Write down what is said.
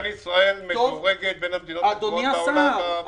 ישראל מדורגת בין המדינות הטובות בעולם.